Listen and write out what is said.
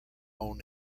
own